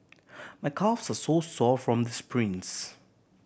my calves so so sore from the sprints